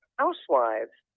housewives